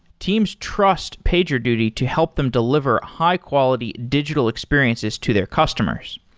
teams trust pagerduty to help them deliver a high-quality digital experiences to their customers.